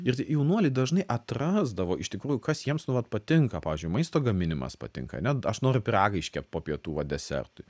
ir jaunuoliai dažnai atrasdavo iš tikrųjų kas jiems nu vat patinka pavyzdžiui maisto gaminimas patinka ane aš noriu pyragą iškept po pietų va desertui